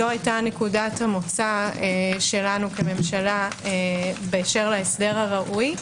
זו הייתה נקודת המוצא שלנו כממשלה בהקשר להסדר הראוי.